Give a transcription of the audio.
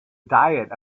diet